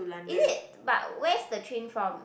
is it but where's the train from